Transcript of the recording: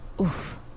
Oof